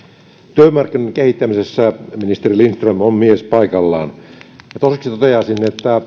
työmarkkinan kehittämisessä ministeri lindström on mies paikallaan toiseksi toteaisin että